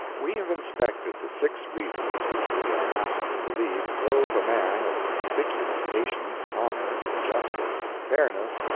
we have inspected the six reasons which we are asked to believe drove a man of conspicuous patience, honor, justice, fairness,